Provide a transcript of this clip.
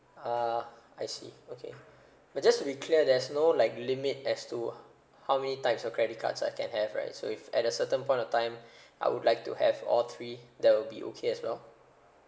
ah I see okay but just to be clear there's no like limit as to how many types of credit cards I can have right so if at a certain point of time I would like to have all three that will be okay as well